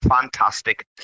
fantastic